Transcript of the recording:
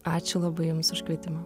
ačiū labai jums už kvietimą